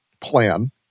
plan